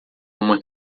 uma